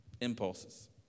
Impulses